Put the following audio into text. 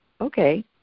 okay